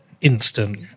instant